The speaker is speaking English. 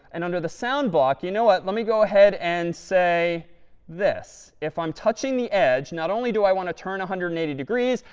and under the sound block, you know what? let me go ahead and say this. if i'm touching the edge, not only do i want to turn one hundred and eighty degrees.